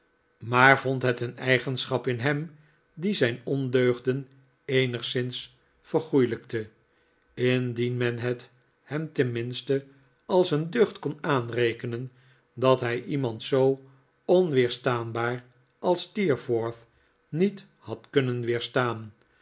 maar vond het een eigenschap in hem die zijn ondeugden eenigszins vergoelijkte indien men het hem tenminste als een deugd kon aanrekenen dat hij iemand zoo onweerstaanbaar als steerforth niet had kunnen